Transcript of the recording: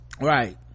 Right